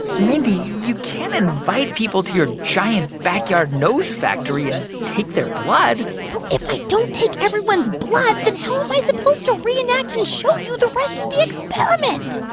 mindy, you can't invite people to your giant backyard nose factory and take their blood well, if i don't take everyone's blood, then how am i supposed to reenact and show you the rest of the experiment?